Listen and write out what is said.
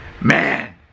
man